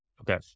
Okay